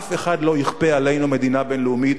אף אחד לא יכפה עלינו מדינה דו-לאומית.